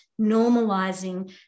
normalizing